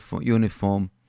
uniform